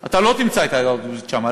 אתה לא תמצא את העדה הדרוזית שם,